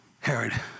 Herod